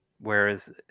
whereas